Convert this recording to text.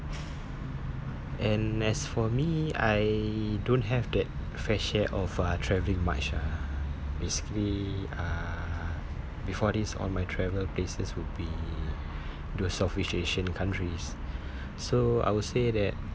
and as for me I don't have that fair share of uh travelling much ah basically uh before this all my travel places would be to southeast asian countries so I would say that